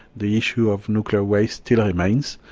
the issue of nuclear waste still remains,